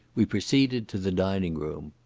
we proceeded to the dining-room.